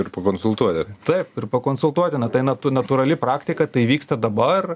ir pakonsultuoti taip ir pakonsultuoti na tai na natūrali praktika tai vyksta dabar